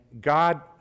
God